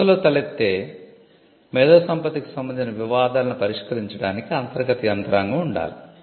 సంస్థలో తలెత్తే మేధోసంపత్తికి సంబంధించిన వివాదాలను పరిష్కరించడానికి అంతర్గత యంత్రాంగం ఉండాలి